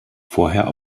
vorher